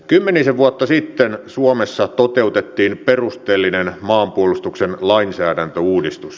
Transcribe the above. kymmenisen vuotta sitten suomessa toteutettiin perusteellinen maanpuolustuksen lainsäädäntöuudistus